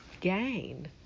gain